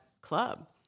club